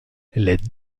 les